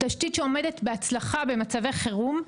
תשתית שעומדת בהצלחה במצבי חירום,